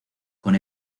con